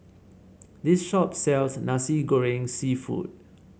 this shop sells Nasi Goreng seafood